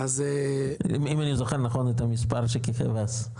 אם אני זוכר נכון את המספר שכיכב אז.